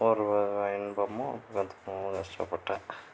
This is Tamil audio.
ஒரு இன்பமும் துன்பமும் ரொம்ப கஷ்டப்பட்டேன்